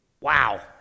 Wow